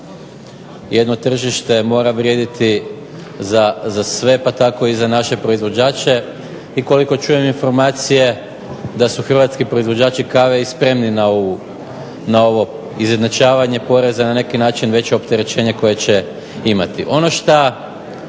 jedno tržište mora vrijediti za sve pa tako i za naše proizvođače. I koliko čujem informacije da su hrvatski proizvođači kave i spremni na ovo izjednačavanje poreza na neki način veće opterećenje koje će imati. Ono šta